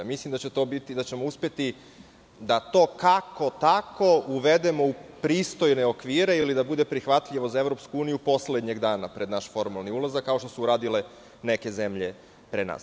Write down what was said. Mislim, da ćemo uspeti da to, kako-tako, uvedemo u pristojne okvire, ili da bude prihvatljivo za EU poslednjeg dana pred naš formalni ulazak, kao što su to uradile neke zemlje pre nas.